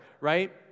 right